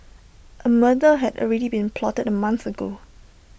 A murder had already been plotted A month ago